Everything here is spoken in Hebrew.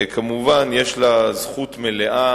כמובן, יש לה זכות מלאה